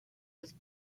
with